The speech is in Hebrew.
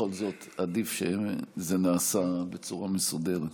בכל זאת עדיף שזה נעשה בצורה מסודרת.